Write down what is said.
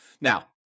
Now